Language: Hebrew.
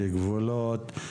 גבולות,